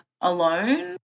alone